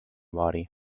body